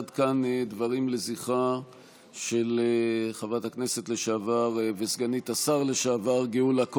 עד כאן דברים לזכרה של חברת הכנסת לשעבר וסגנית השר לשעבר גאולה כהן,